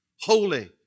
holy